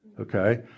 Okay